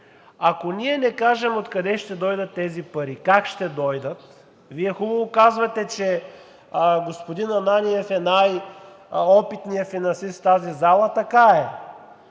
ако ние не кажем откъде ще дойдат тези пари, как ще дойдат. Вие хубаво казвате, че господин Ананиев е най-опитният финансист в тази зала – така е.